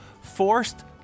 forced